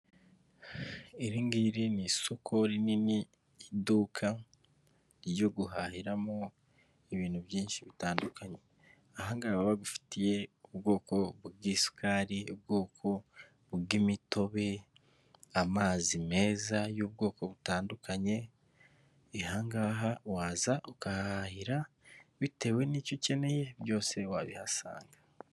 Iri ngiri ni isoko rinini, iduka ryo guhahiramo ibintu byinshi bitandukanye, ahangaha baba bagufitiye ubwoko bw'isukari, ubwoko bw'imitobe, amazi meza y'ubwoko butandukanye, ahangaha waza ukahahira bitewe n'icyo ukeneye byose wabihasanga.